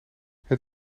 het